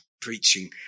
preaching